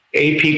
AP